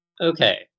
Okay